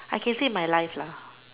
I can say my life lah